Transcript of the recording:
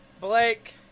Blake